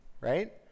right